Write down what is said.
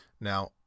Now